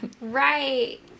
Right